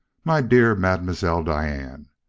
my dear mademoiselle diane!